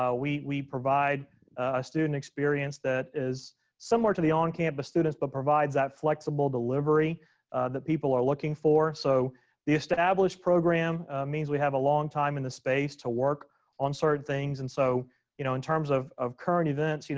we we provide a student experience that is similar to the on campus students, but provides that flexible delivery that people are looking for. so the established program means we have a long time in the space to work on certain things. and so you know in terms of of current events,